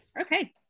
Okay